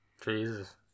Jesus